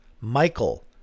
Michael